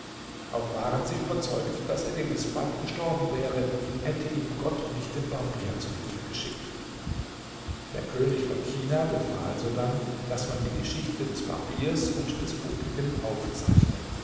auch waren sie überzeugt daß er gewiß bald gestorben wäre hätte ihm gott nicht den barbier zu hilfe geschickt der könig von china befahl sodann daß man die geschichte des barbiers und des buckligen aufzeichne